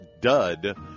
dud